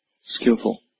skillful